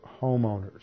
homeowners